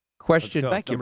Question